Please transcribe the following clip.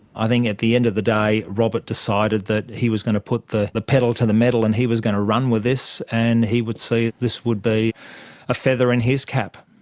i think at the end of the day robert decided he was going to put the the pedal to the metal and he was going to run with this and he would see this would be a feather in his cap.